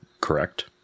Correct